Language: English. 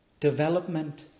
development